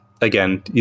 again